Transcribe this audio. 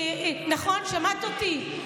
שמעת אותי,